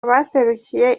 abaserukiye